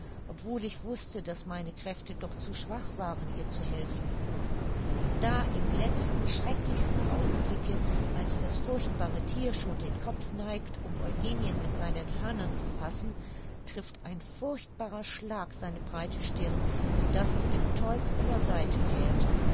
obwohl ich wußte daß meine kräfte doch zu schwach waren ihr zu helfen da im letzten schrecklichsten augenblicke als das furchtbare thier schon den kopf neigt um eugenien mit seinen hörnern zu fassen trifft ein furchtbarer schlag seine breite stirn so daß es betäubt zur seite fährt